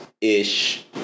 ish